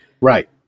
Right